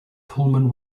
pullman